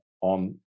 on